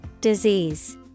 Disease